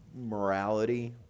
morality